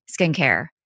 skincare